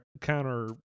counter